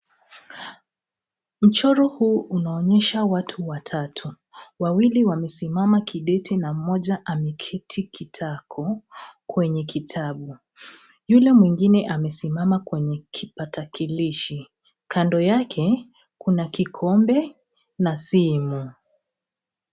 Mchoro huu unaonyesha watu watatu. wawili wamesimama kidete na mmoja ameketi kitako kwenye kitabu. Yule mwingine amesimama kwenye kipakatalishi, kand yake kuna kikombe na simu.